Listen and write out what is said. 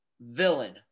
Villain